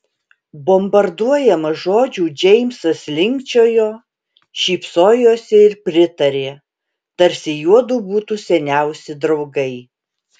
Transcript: bombarduojamas žodžių džeimsas linkčiojo šypsojosi ir pritarė tarsi juodu būtų seniausi draugai